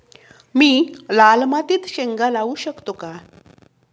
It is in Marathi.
मी लाल मातीत शेंगा लावू शकतो का?